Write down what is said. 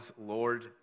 Lord